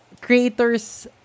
creators